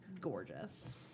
gorgeous